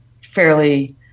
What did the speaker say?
fairly